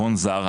להון זר,